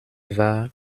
war